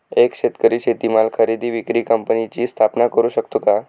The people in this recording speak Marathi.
एक शेतकरी शेतीमाल खरेदी विक्री कंपनीची स्थापना करु शकतो का?